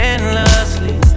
Endlessly